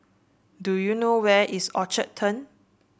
do you know where is Orchard Turn